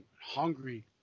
hungry